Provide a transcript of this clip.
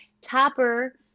Topper